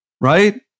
right